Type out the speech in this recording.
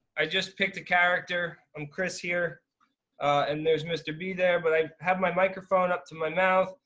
i just picked a character. i'm chris here and there's mr. b there but i have my microphone up to my mouth.